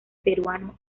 peruano